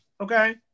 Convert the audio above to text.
Okay